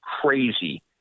crazy